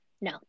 No